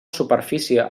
superfície